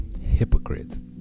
hypocrites